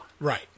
Right